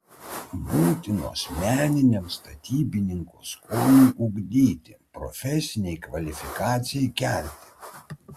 būtinos meniniam statybininko skoniui ugdyti profesinei kvalifikacijai kelti